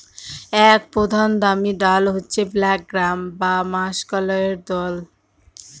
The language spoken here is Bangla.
এক প্রধান দামি ডাল হচ্ছে ব্ল্যাক গ্রাম বা মাষকলাইর দল